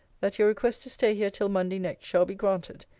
that your request to stay here till monday next shall be granted,